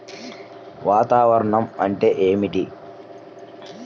వాతావరణం అంటే ఏమిటి?